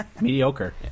Mediocre